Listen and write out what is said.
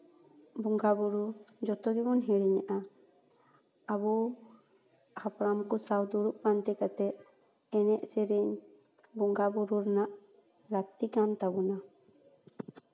ᱵᱚᱸᱜᱟᱼᱵᱩᱨᱩ ᱡᱚᱛᱚ ᱜᱮᱵᱚᱱ ᱦᱤᱲᱤᱧᱮᱫᱟ ᱟᱵᱚ ᱦᱟᱯᱲᱟᱢ ᱠᱚ ᱥᱟᱶ ᱫᱩᱲᱩᱵ ᱯᱟᱱᱛᱮ ᱠᱟᱛᱮᱫ ᱮᱱᱮᱡ ᱥᱮᱨᱮᱧ ᱵᱚᱸᱜᱟᱼᱵᱩᱨᱩ ᱨᱮᱱᱟᱜ ᱞᱟᱹᱠᱛᱤ ᱠᱟᱱ ᱛᱟᱵᱚᱱᱟ